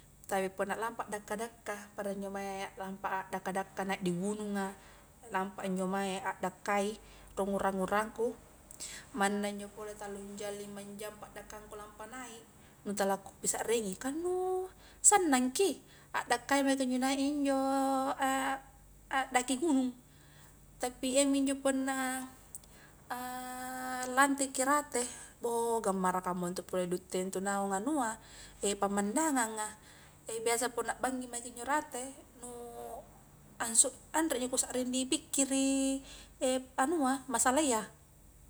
Tapi punna lampa a dakka-daka pada njo mae a lampa a dakka-dakka nai di gununga, lampa a njo mae a dakkai rung urang-urangku, manna njo pole tallung jang, limang jang paddakkangku lampa nai, nu tala ku pisaringi, kah nu sannangki addakkai mai kunjo naik injo a daki gunung, tapi iyami njo punna lanteki rate boh gammara kamua ntu pole dutte ntu naung anua, pemandanganga, biasa punna bangima ntu njo rate, nu ansu anreja kusarring di pikkiri anua masalah iya.